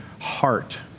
heart